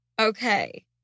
Okay